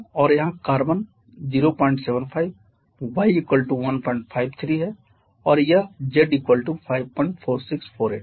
और यहाँ carbon 075 y153 है और यह z54648 है